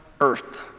earth